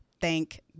thank